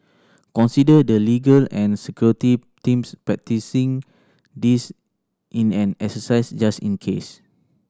consider the legal and security teams practising this in an exercise just in case